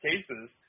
cases